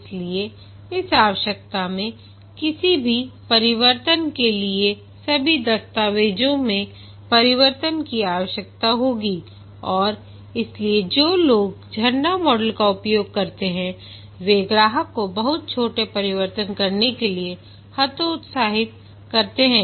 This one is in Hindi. इसलिए इस आवश्यकता में किसी भी परिवर्तन के लिए सभी दस्तावेजों में परिवर्तन की आवश्यकता होगी और इसलिए जो लोग झरना मॉडल का उपयोग करते हैं वे ग्राहक को बहुत छोटे परिवर्तन करने के लिए हतोत्साहित करते हैं